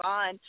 on